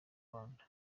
rwanda